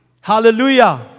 Hallelujah